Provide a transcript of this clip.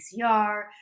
pcr